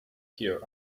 here